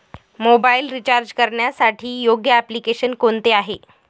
Mobile recharge करण्यासाठी योग्य application कोणते आहे?